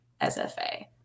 SFA